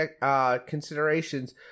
considerations